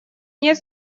нет